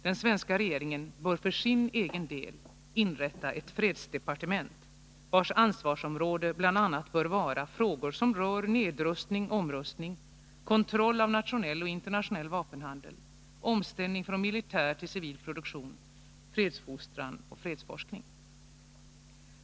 Den svenska regeringen bör för sin egen del inrätta ett fredsdepartement, vars ansvarsområde bl.a. bör gälla frågor som rör nedrustning/omrustning, kontroll av nationell och internationell vapenhandel, omställning från militär till civil produktion, fredsfostran och fredsforskning.